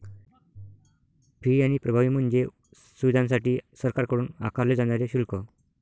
fee आणि प्रभावी म्हणजे सुविधांसाठी सरकारकडून आकारले जाणारे शुल्क